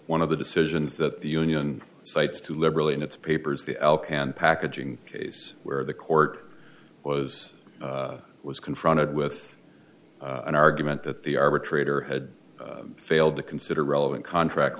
one of the decisions that the union cites too liberally in its papers the elk and packaging case where the court was was confronted with an argument that the arbitrator had failed to consider relevant contract